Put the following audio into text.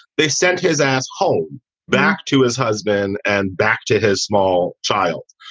they sent his ass home back to his husband and back to his small child.